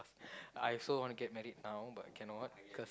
I also want get married now but cannot cause